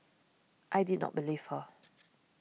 I did not believe her